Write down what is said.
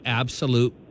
absolute